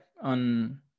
on